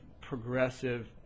progressive